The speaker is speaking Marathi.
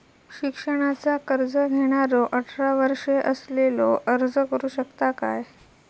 शिक्षणाचा कर्ज घेणारो अठरा वर्ष असलेलो अर्ज करू शकता काय?